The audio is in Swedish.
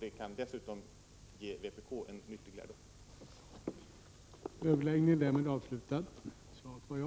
Detta kan alltså vara en nyttig lärdom för vpk.